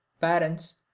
parents